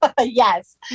yes